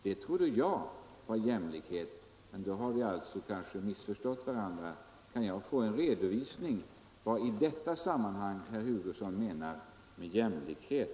Det trodde jag som sagt var jämlikhet, men vi har kanske missförstått varandra. Kan jag få en redovisning av vad herr Hugosson i detta sammanhang menar med jämlikhet?